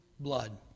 blood